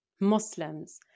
Muslims